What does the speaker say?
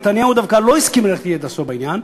נתניהו דווקא לא הסכים ללכת אתי עד הסוף בעניין,